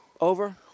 Over